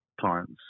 clients